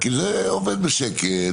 כי זה עובד בשקט,